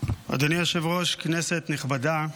אדוני היושב-ראש, כנסת נכבדה,